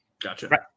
Gotcha